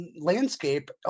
landscape